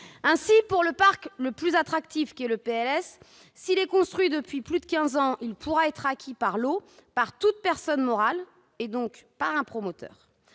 Ainsi, le parc le plus attractif qu'est le PLS, s'il est construit depuis plus de quinze ans, pourra être acquis par lot par toute personne morale, donc par un promoteur.